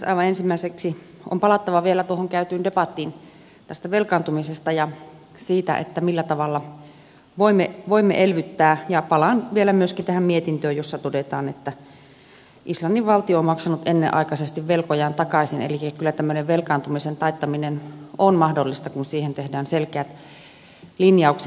aivan ensimmäiseksi on palattava vielä tuohon käytyyn debattiin tästä velkaantumisesta ja siitä millä tavalla voimme elvyttää ja palaan vielä myöskin tähän mietintöön jossa todetaan että islannin valtio on maksanut ennenaikaisesti velkojaan takaisin elikkä kyllä tämmöinen velkaantumisen taittaminen on mahdollista kun siitä tehdään selkeät linjaukset